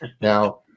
now